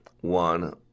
one